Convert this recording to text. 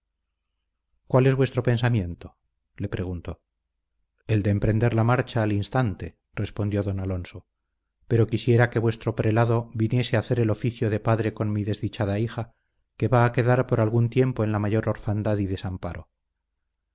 cuál es vuestro pensamiento le preguntó el de emprender la marcha al instante le respondió don alonso pero quisiera que vuestro prelado viniese a hacer el oficio de padre con mi desdichada hija que va a quedar por algún tiempo en la mayor orfandad y desamparo